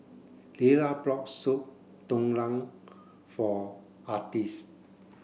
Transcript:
Lila bought Soup Tulang for Artis